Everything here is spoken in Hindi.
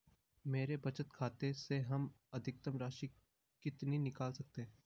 मेरे बचत खाते से हम अधिकतम राशि कितनी निकाल सकते हैं?